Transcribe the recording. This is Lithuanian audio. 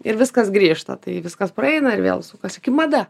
ir viskas grįžta tai viskas praeina ir vėl sukasi mada